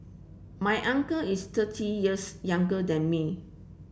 my uncle is thirty years younger than me